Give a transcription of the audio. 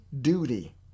duty